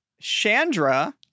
chandra